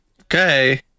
Okay